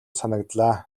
санагдлаа